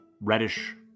reddish